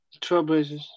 Trailblazers